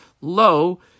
lo